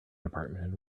department